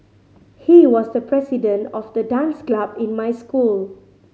he was the president of the dance club in my school